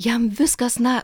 jam viskas na